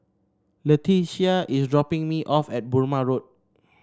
Letitia is dropping me off at Burmah Road